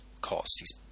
cost